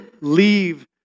leave